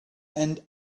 and